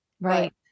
Right